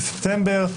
בספטמבר,